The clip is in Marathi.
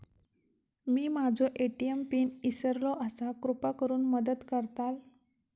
मी माझो ए.टी.एम पिन इसरलो आसा कृपा करुन मदत करताल